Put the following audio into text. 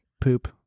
Poop